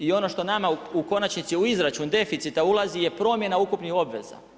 I ono što nama u konačnici u izračun deficita ulazi je promjena ukupnih obveza.